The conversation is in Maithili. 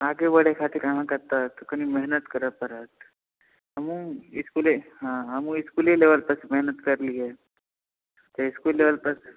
आगे बढ़ैके खातिर कनि तऽ मेहनत करै पड़त हमहुँ इसकुले हँ हमहुँ इसकुले लेवलपर एतेक मेहनत करलियै इसकुल लेवलपर